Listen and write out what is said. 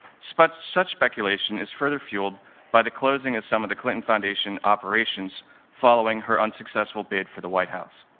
so but such speculation is further fueled by the closing of some of the clinton foundation operations following her unsuccessful bid for the white house.